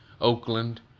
Oakland